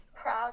proud